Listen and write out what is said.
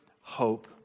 hope